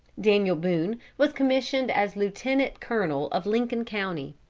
daniel boone was commissioned as lieutenant-colonel of lincoln county.